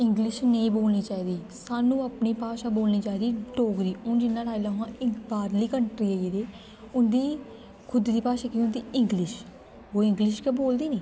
English नेईं बोलनी चाहिदी सानूं अपनी भाशा बोलनी चाहिदी डोगरी हून लाई लैओ हां इंग बाह्रली कंट्रियें गेदे उं'दी खुद दी भाशा केह् होंदी इंग्लिश ओह् इंग्लिश गै बोलदे निं